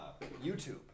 YouTube